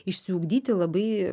išsiugdyti labai